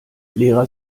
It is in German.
lehrer